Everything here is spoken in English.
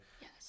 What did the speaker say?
Yes